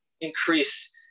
increase